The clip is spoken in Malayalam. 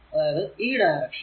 അതായതു ഈ ഡയറക്ഷനിൽ